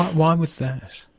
why was that?